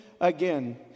again